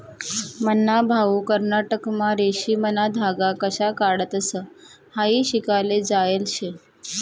मन्हा भाऊ कर्नाटकमा रेशीमना धागा कशा काढतंस हायी शिकाले जायेल शे